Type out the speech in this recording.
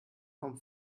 vom